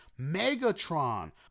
megatron